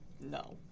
No